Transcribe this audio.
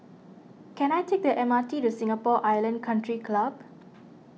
can I take the M R T to Singapore Island Country Club